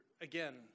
again